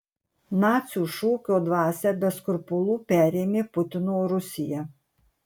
nacių šūkio dvasią be skrupulų perėmė putino rusija